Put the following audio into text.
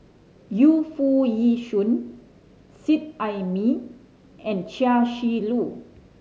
Yu Foo Yee Shoon Seet Ai Mee and Chia Shi Lu